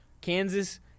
Kansas